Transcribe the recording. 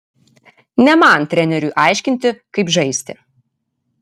ne man treneriui aiškinti kaip žaisti